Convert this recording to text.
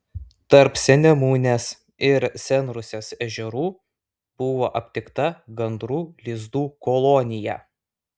tarp sennemunės ir senrusnės ežerų buvo aptikta gandrų lizdų kolonija